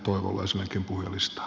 herra puhemies